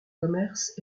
commerce